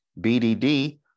BDD